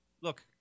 Look